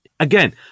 Again